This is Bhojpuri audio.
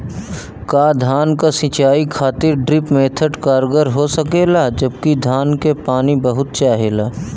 का धान क सिंचाई खातिर ड्रिप मेथड कारगर हो सकेला जबकि धान के पानी बहुत चाहेला?